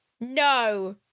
no